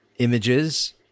images